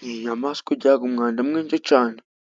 n' inyamaswa igiraga umwanda mwinshi canee!